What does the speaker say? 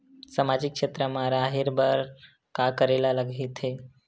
सामाजिक क्षेत्र मा रा हे बार का करे ला लग थे